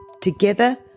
Together